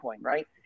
right